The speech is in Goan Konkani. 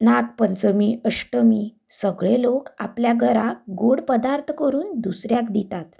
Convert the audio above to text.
नागपंचमी अष्टमी सगले लोक आपल्या घरा गोड पदार्थ करून दुसऱ्याक दितात